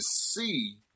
see